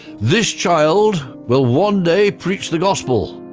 this child will one day preach the gospel,